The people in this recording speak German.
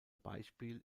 beispiel